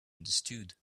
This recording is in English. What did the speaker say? understood